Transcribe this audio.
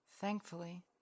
thankfully